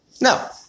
Now